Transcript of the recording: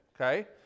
okay